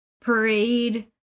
parade